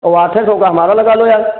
औ आठै सौ का हमारा लगा लो यार